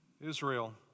Israel